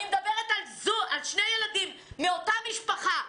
אני מדברת על שני ילדים מאותה משפחה.